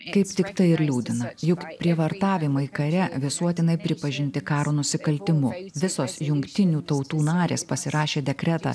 kaip tik tai ir liūdina juk prievartavimai kare visuotinai pripažinti karo nusikaltimu visos jungtinių tautų narės pasirašė dekretą